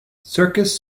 circus